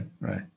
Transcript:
right